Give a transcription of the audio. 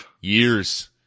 years